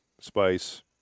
spice